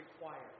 required